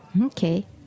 Okay